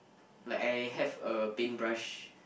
like I have a paintbrush